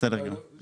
בסדר גמור.